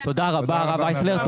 תודה רבה, הרב אייכלר.